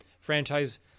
Franchise